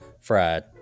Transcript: fried